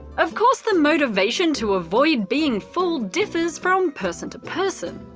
of course the motivation to avoid being fooled differs from person to person.